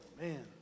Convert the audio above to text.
man